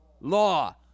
law